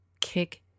Kick